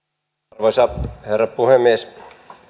arvoisa herra puhemies